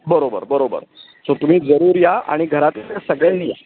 बरोबर बरोबर सो तुम्ही जरूर या आणि घरातील सगळ्यांनी या